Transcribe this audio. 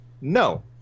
No